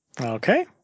Okay